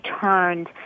turned